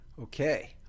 Okay